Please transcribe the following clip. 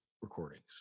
recordings